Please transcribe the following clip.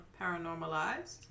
Paranormalized